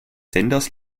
senders